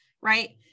right